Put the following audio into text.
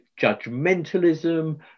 judgmentalism